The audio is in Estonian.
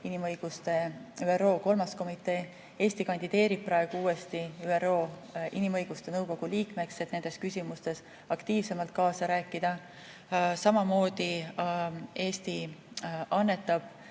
inimõiguste nõukogu, ÜRO 3. komitee. Eesti kandideerib uuesti ÜRO Inimõiguste Nõukogu liikmeks, et nendes küsimustes aktiivsemalt kaasa rääkida. Samamoodi annetab